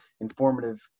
informative